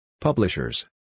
Publishers